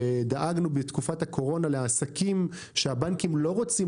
שדאגנו בתקופת הקורונה לעסקים שהבנקים לא רוצים